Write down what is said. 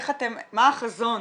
מה החזון